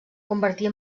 convertir